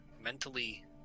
mentally